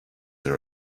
are